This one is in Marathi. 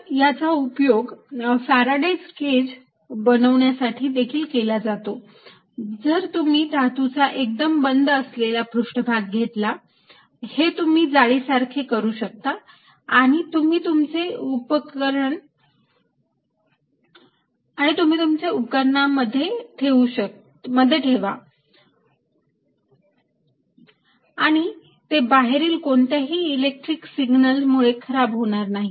तर याचा उपयोग फॅराडेज केज Faraday's cage बनवण्यासाठी देखील केला जातो जर तुम्ही धातूचा एकदम बंद असलेला पृष्ठभाग घेतला हे तुम्ही जाळी सारखे करू शकता आणि तुम्ही तुमचे उपकरणामध्ये ठेवा आणि ते बाहेरील कोणत्याही इलेक्ट्रिकल सिग्नलसमुळे खराब होणार नाही